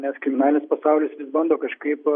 nes kriminalinis pasaulis vis bando kažkaip